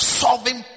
solving